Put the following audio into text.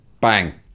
bang